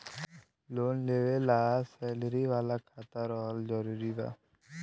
Loan लेवे ला salary वाला खाता रहल जरूरी बा?